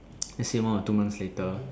let's say one or two months later